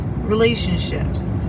relationships